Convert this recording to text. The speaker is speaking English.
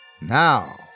Now